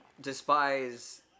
despise